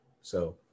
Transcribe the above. So-